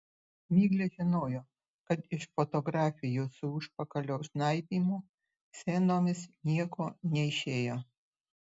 miglė žinojo kad iš fotografijų su užpakalio žnaibymo scenomis nieko neišėjo